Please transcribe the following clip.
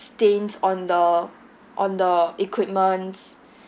stains on the on the equipments